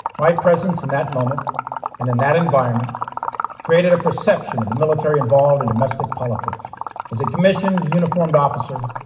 my presence in that moment and in that environment created a perception of the military involved in domestic politics as it commissioned uniformed officer.